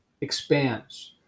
expands